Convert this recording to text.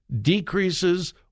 decreases